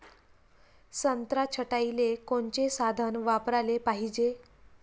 संत्रा छटाईले कोनचे साधन वापराले पाहिजे?